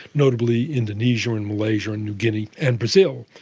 notably indonesia, and malaysia, and new guinea and brazil.